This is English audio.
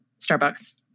Starbucks